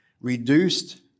reduced